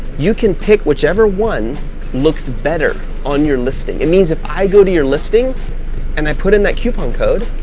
you can pick whichever one looks better on your listing. it means, if i go to your listing and i put in that coupon code,